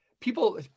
people